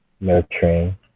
nurturing